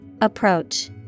Approach